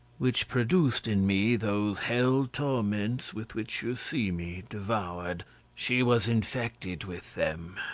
which produced in me those hell torments with which you see me devoured she was infected with them,